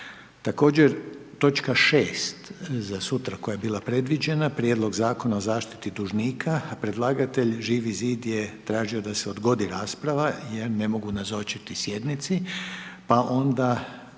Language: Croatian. Također točke 6. za sutra koja je bila predviđena Prijedlog zakona o zaštiti dužnika a predlagatelj Živi zid je tražio da se odgodi rasprava jer ne mogu nazočiti sjednici pa onda